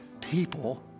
people